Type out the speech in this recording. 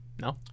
No